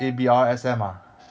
A_B_R_S_M ah